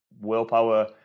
Willpower